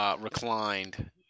reclined